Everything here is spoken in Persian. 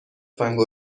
کارکنان